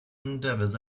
endeavors